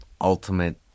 Ultimate